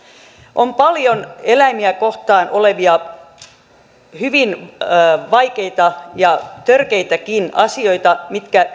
on paljon eläimiä kohtaan tehtäviä hyvin vaikeita ja törkeitäkin asioita mitkä